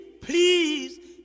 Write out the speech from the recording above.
please